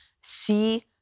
see